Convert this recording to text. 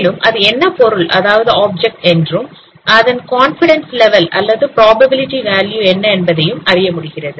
மேலும் அது என்ன பொருள் அதாவது ஆப்ஜெக்ட் என்றும் அதன் கான்பிடன்ஸ் லெவல் அல்லது புரோபாபிலிடி வேல்யூ என்ன என்பதனையும் அறியமுடிகிறது